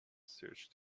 search